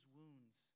wounds